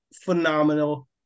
Phenomenal